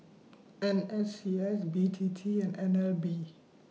N S C S B T T and N L B